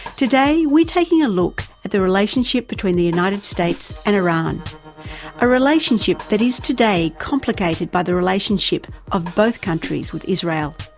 today, we're taking a look at the relationship between the united states and iran a relationship that is today complicated by the relationship of both countries with israel,